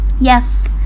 Yes